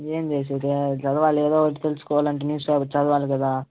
ఏమి చేసేది చదవాలి ఏదో ఒకటి తెలుసుకోవాలి అంటే న్యూస్పేపర్ చదవాలి కదా